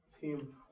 Team